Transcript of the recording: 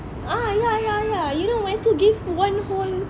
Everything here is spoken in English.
ah ya ya ya you know my school give one whole